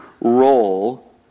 role